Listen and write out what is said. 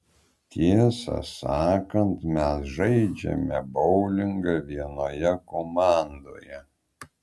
tiesą sakant mes žaidžiame boulingą vienoje komandoje